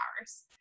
hours